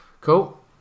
Cool